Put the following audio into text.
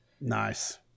nice